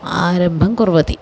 आरब्भं कुर्वती